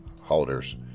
holders